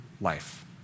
life